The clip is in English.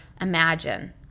imagine